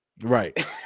Right